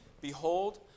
Behold